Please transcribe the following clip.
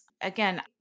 again